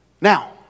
Now